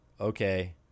okay